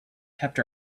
kept